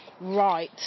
right